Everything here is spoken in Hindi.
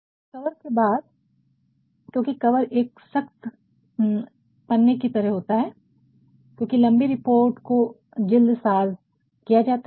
तो कवर के बाद क्योंकि कवर एक सख्त पन्ने की तरह होता है क्योंकि लंबी रिपोर्ट को जिल्दसाज किया जाता है